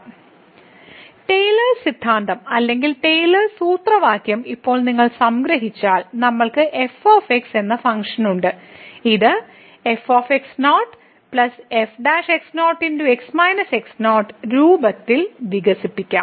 Taylor's സിദ്ധാന്തം അല്ലെങ്കിൽ Taylor's സൂത്രവാക്യം ഇപ്പോൾ നിങ്ങൾ സംഗ്രഹിച്ചാൽ നമ്മൾക്ക് f എന്ന ഫംഗ്ഷൻ ഉണ്ട് ഇത് രൂപത്തിൽ വികസിപ്പിക്കാം